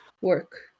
work